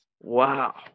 Wow